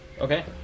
Okay